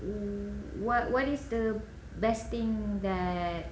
mm what what is the best thing that